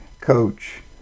coach